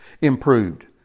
improved